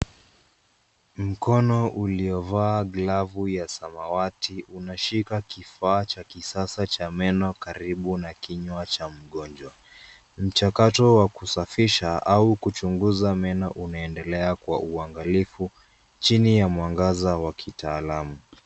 Mkono uliovaa glavu ya samawati unashika kifaa cha kisasa cha meno karibu na kinywa cha mgonjwa. Mchakato wa kusafisha au kuchunguza meno unendelea kwa uangalifu chini ya mwangaza wa kitaalamu.